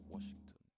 Washington